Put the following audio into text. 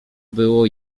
było